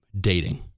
dating